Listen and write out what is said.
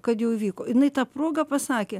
kad jau įvyko jinai ta proga pasakė